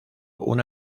una